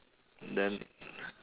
then